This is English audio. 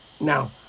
Now